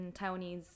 Taiwanese